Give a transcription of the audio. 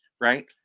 right